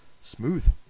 smooth